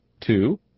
Two